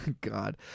God